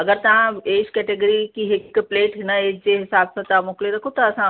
अगरि तव्हां एज केटगिरी कि हिकु प्लेट हिनजे हिसाब सां तव्हां मोकिले रखो त असां